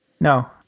No